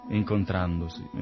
incontrandosi